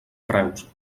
preus